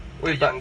okay but